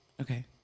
Okay